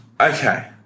Okay